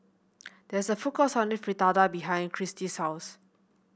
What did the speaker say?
there is a food court selling Fritada behind Christy's house